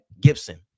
Gibson